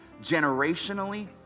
generationally